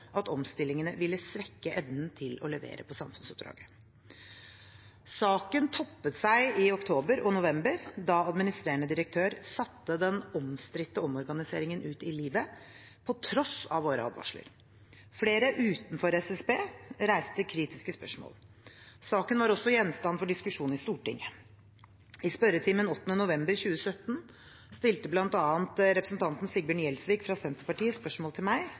at omstillingene ville svekke evnen til å levere på samfunnsoppdraget. Saken toppet seg i oktober og november, da administrerende direktør satte den omstridte omorganiseringen ut i livet, på tross av våre advarsler. Flere utenfor SSB reiste kritiske spørsmål. Saken var også gjenstand for diskusjon i Stortinget. I spørretimen 8. november 2017 stilte bl.a. representanten Sigbjørn Gjelsvik fra Senterpartiet spørsmål til meg: